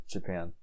Japan